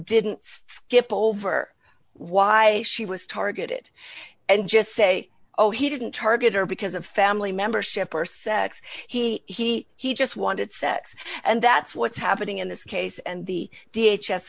didn't give over why she was targeted and just say oh he didn't target her because a family member ship or sex he he he just wanted sex and that's what's happening in this case and the d h s